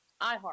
iHeart